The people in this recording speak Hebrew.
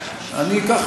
אני לא ידעתי.